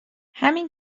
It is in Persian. همین